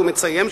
הוא מציין,